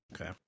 okay